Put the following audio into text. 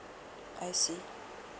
I see